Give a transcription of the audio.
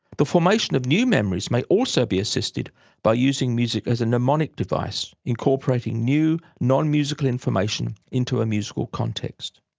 the formation of new memories may be also be assisted by using music as a mnemonic device, incorporating new non-musical information into a musical context.